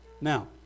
Now